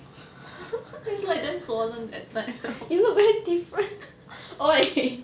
it's like damn swollen that type !oi!